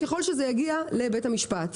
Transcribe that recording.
ככול שזה יגיע לבית המשפט,